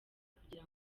kugira